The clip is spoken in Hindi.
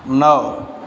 नौ